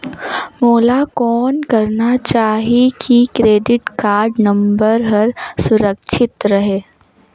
मोला कौन करना चाही की क्रेडिट कारड नम्बर हर सुरक्षित रहे?